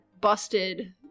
busted